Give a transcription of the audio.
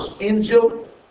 angels